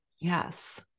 Yes